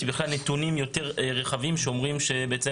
וראיתי נתונים יותר רחבים שאומרים שבעצם